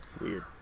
Weird